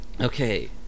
Okay